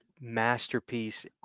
masterpiece